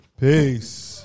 Peace